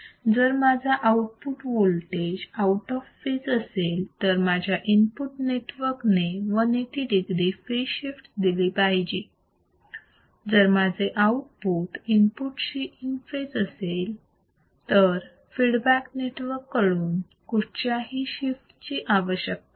जर माझा output voltage out of phase असेल तर माझ्या फीडबॅक नेटवर्क ने 180 degree फेज शिफ्ट दिली पाहिजे जर माझे आउटपुट इनपुट शी इन फेज असेल तर फीडबॅक नेटवर्क कडून कुठच्या ही शिफ्ट ची आवश्यकता नाही